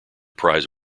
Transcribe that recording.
prize